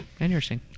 Interesting